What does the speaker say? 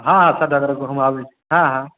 हँ हँ सभटा कऽ रखू हम आबैत छी हँ हँ